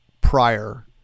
prior